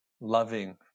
loving